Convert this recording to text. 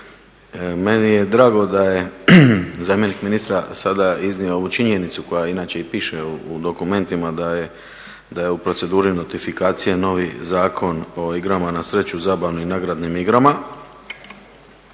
Meni je drago da je zamjenik ministra sada iznio ovu činjenicu koja inače i piše u dokumentima da je u proceduri notifikacije novi Zakon o igrama na sreću, zabavnim i nagradnim igrama